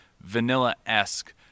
vanilla-esque